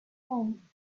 phone